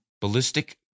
ballistic